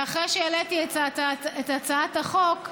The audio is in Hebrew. ואחרי שהעליתי את הצעת החוק,